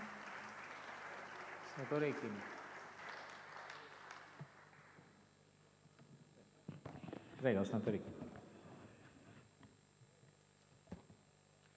Grazie,